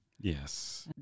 Yes